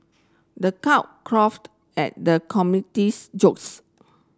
the at the comedian's jokes